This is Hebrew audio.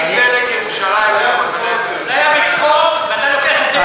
זה היה בצחוק ואתה לוקח את זה ברצינות.